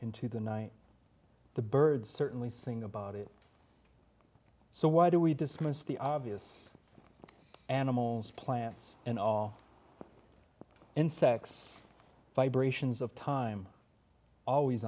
into the night the birds certainly sing about it so why do we dismiss the obvious animals plants and all insects vibrations of time always